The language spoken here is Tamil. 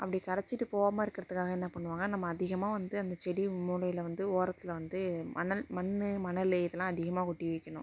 அப்படி கரைச்சிட்டு போகாம இருக்கிறத்துக்காக என்னா பண்ணுவாங்க நம்ம அதிகமாக வந்து அந்த செடி மூலையில் வந்து ஓரத்தில் வந்து மணல் மண் மணல் இதெல்லாம் அதிகமாக கொட்டி வைக்கிணும்